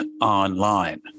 online